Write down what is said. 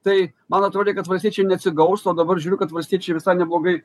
tai man atrodė kad valstiečiai neatsigaus o dabar žiūriu kad valstiečiai visai neblogai